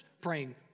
praying